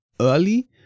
early